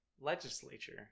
legislature